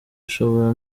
ashobora